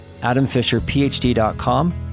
adamfisherphd.com